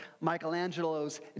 Michelangelo's